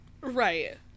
Right